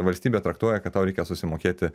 valstybė traktuoja kad tau reikia susimokėti